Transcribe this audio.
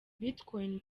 bitcoin